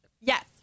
Yes